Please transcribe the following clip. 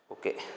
okay